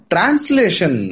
Translation